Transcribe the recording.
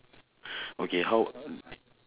okay how